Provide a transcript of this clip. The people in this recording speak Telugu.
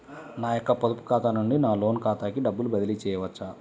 నా యొక్క పొదుపు ఖాతా నుండి నా లోన్ ఖాతాకి డబ్బులు బదిలీ చేయవచ్చా?